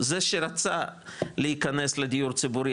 זה שרצה להיכנס לדיור ציבורי,